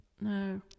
No